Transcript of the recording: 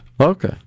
Okay